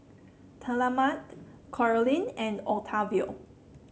Talmadge Caroline and Octavio